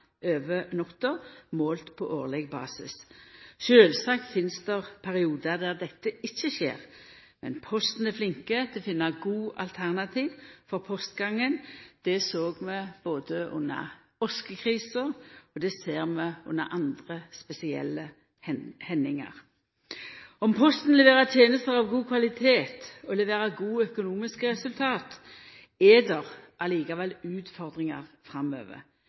over natta, målt på årleg basis. Sjølvsagt finst det periodar då dette ikkje skjer, men Posten er flink til å finna gode alternativ for postgangen. Det såg vi under oskekrisa, og det ser vi under andre spesielle hendingar. Om Posten leverer tenester av god kvalitet og leverer gode økonomiske resultat, er